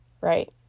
right